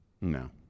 no